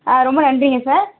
ஆ ரொம்ப நன்றிங்க சார்